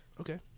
Okay